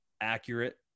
accurate